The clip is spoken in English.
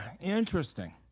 interesting